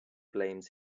blames